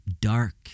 Dark